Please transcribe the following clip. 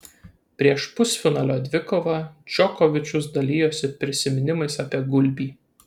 prieš pusfinalio dvikovą džokovičius dalijosi prisiminimais apie gulbį